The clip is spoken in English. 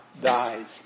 dies